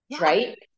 Right